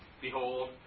Behold